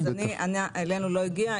אלינו לא הגיע.